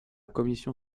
commission